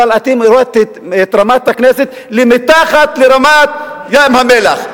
אבל אתם הורדתם את רמת הכנסת מתחת לרמת ים המלח,